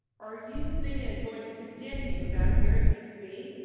are you, then, going to condemn me without hearing me speak,